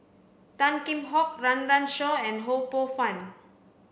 Tan Kheam Hock Run Run Shaw and Ho Poh Fun